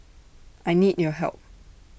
I need your help